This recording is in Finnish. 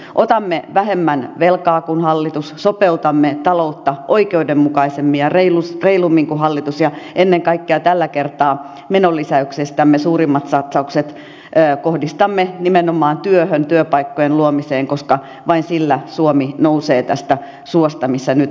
otamme vähemmän velkaa kuin hallitus sopeutamme taloutta oikeudenmukaisemmin ja reilummin kuin hallitus ja ennen kaikkea tällä kertaa menolisäyksistämme suurimmat satsaukset kohdistamme nimenomaan työhön työpaikkojen luomiseen koska vain sillä suomi nousee tästä suosta missä nyt on